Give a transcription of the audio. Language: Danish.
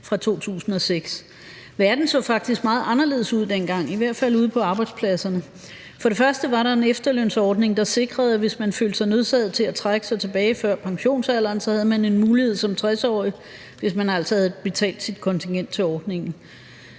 fra 2006. Verden så faktisk meget anderledes ud dengang, i hvert fald ude på arbejdspladserne. For det første var der er en efterlønsordning, der sikrede, at man, hvis man følte sig nødsaget til at trække sig tilbage før pensionsalderen, så havde en mulighed for det som 60-årig, hvis man altså havde betalt sit kontingent til ordningen.